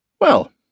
Well